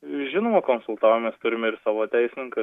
žinoma konsultavomės turime ir savo teisininką